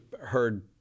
heard